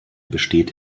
besteht